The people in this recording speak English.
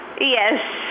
Yes